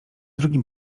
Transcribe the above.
drugim